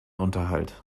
unterhalt